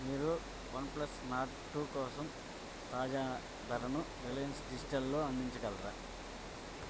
మీరు OnePlus Nord two కోసం తాజా ధరను రిలయన్స్ డిజిటల్లో అందించగలరా